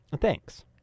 Thanks